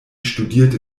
studierte